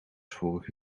vorige